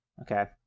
Okay